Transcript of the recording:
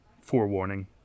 forewarning